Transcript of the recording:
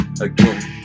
again